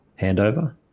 handover